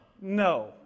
no